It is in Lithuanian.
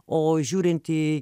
o žiūrint į